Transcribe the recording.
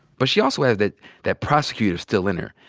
but she also has that that prosecutor still in her.